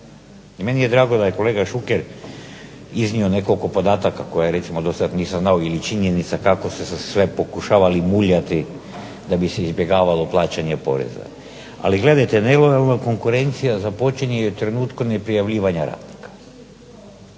I meni je drago da je kolega Šuker iznio nekoliko podataka koje recimo dosad nisam znao ili činjenica kako su sve pokušavali muljati da bi se izbjegavalo plaćanje poreza. Ali gledajte nelojalna konkurencija započinje i u trenutku neprijavljivanja radnika.